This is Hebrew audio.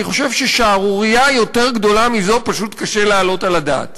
אני חושב ששערורייה יותר גדולה מזו פשוט קשה להעלות על הדעת.